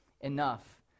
enough